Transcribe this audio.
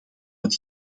het